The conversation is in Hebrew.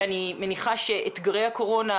שאמרתי,